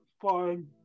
Fine